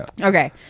Okay